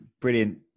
brilliant